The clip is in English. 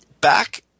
back